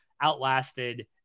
outlasted